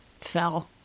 fell